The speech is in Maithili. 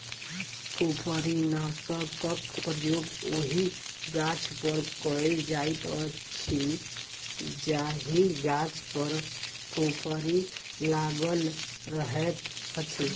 फुफरीनाशकक प्रयोग ओहि गाछपर कयल जाइत अछि जाहि गाछ पर फुफरी लागल रहैत अछि